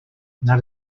нар